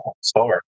store